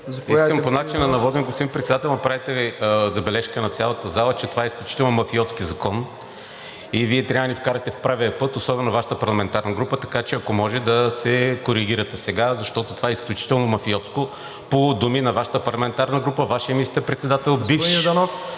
Искам по начина на водене, господин Председател. Направихте забележка на цялата зала, че това е изключително мафиотски закон и Вие трябва да ни вкарате в правия път, особено Вашата парламентарна група. Така че, ако може, да се коригирате сега, защото това е изключително мафиотско – по думи на Вашата парламентарна група, Вашия бивш министър-председател...